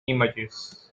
images